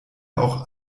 auch